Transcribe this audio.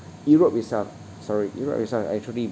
europe itself sorry europe itself actually